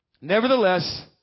Nevertheless